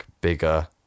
bigger